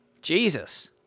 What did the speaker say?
Jesus